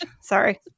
sorry